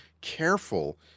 careful